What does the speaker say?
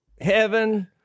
heaven